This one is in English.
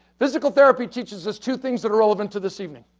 physical therapy teaches us to things that are relevant to this evening.